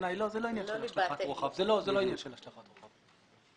זה לא עניין של השלכת רוחב.